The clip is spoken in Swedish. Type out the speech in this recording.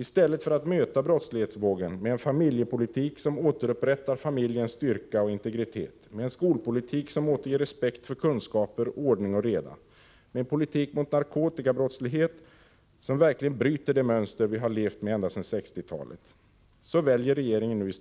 I stället för att möta brottslighetsvågen med en familjepolitik som återupprättar familjens styrka och integritet, med en skolpolitik som återger respekt för kunskap, ordning och reda, med en politik mot narkotikabrottslighet som verkligen bryter det mönster vi har levt med ända sedan 1960-talet, väljer regeringen nu